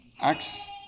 Acts